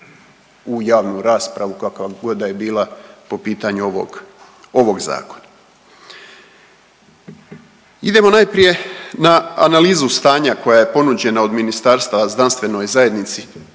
u javnu raspravu kakva god da je bila po pitanju ovog zakona. Idemo najprije na analizu stanja koja je ponuđena od ministarstava znanstvenoj zajednici